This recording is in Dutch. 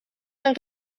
aan